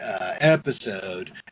episode